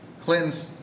Clinton's